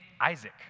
Isaac